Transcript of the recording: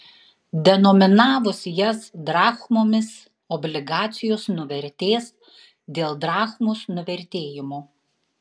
denominavus jas drachmomis obligacijos nuvertės dėl drachmos nuvertėjimo